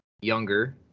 Younger